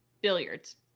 billiards